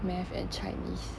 math and chinese